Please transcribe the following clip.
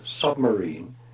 submarine